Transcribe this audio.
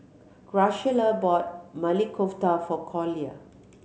Graciela bought Maili Kofta for Collier